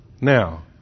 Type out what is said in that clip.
Now